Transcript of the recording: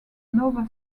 nova